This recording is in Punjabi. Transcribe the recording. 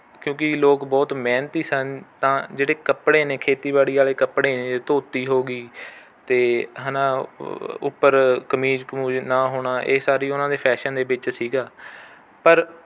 ਕਿਉਂਕਿ ਲੋਕ ਬਹੁਤ ਮਿਹਨਤੀ ਸਨ ਤਾਂ ਜਿਹੜੇ ਕੱਪੜੇ ਨੇ ਖੇਤੀਬਾੜੀ ਵਾਲੇ ਕੱਪੜੇ ਨੇ ਧੋਤੀ ਹੋ ਗਈ ਅਤੇ ਹੈ ਨਾ ਉ ਉੱਪਰ ਕਮੀਜ਼ ਕਮੁਜ਼ ਨਾ ਹੋਣਾ ਇਹ ਸਾਰੀ ਉਹਨਾਂ ਦੇ ਫੈਸ਼ਨ ਦੇ ਵਿੱਚ ਸੀਗਾ ਪਰ